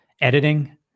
editing